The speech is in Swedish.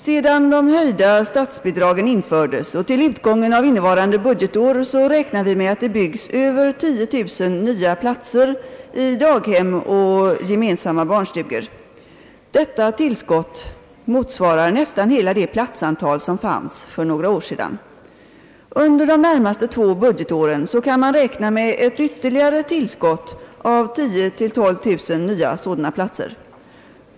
Sedan de höjda statsbidragen infördes och till utgången av innevarande budgetår räknar vi med att det byggs så att vi får över 10000 nya platser i daghem och gemensamma barnstugor. Detta tillskott motsvarar nästan hela det platsantal som fanns för några år sedan. Under de närmaste två budgetåren kan man räkna med ett ytterligare tillskott av 10 000 å 12000 nya sådana platser.